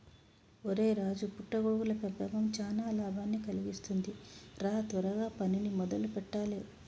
ఒరై రాజు పుట్ట గొడుగుల పెంపకం చానా లాభాన్ని కలిగిస్తుంది రా త్వరగా పనిని మొదలు పెట్టాలే